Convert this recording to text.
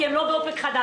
כי הם לא באופק חדש.